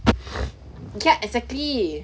你看 exactly